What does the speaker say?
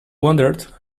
wondered